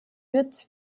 wird